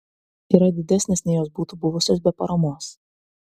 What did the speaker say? yra didesnės nei jos būtų buvusios be paramos